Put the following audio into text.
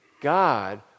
God